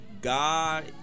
God